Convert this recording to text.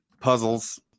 Puzzles